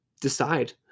decide